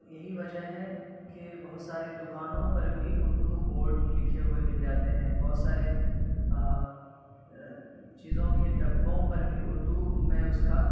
یہی وجہ ہے کہ بہت ساری دوکانوں پر بھی اردو بورڈ لکھے ہوئے مل جاتے ہیں بہت سارے چیزوں کے ڈبوں پر بھی اردو میں اس کا